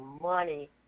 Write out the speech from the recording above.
money